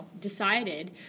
decided